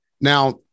Now